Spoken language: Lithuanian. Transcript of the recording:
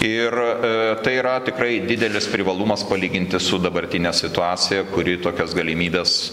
ir tai yra tikrai didelis privalumas palyginti su dabartine situacija kuri tokias galimybes